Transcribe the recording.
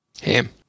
Ham